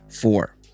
four